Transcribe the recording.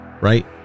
Right